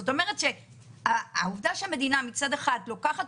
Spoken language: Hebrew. זאת אומרת העובדה שהמדינה מצד אחד לוקחת